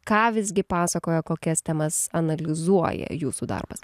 ką visgi pasakoja kokias temas analizuoja jūsų darbas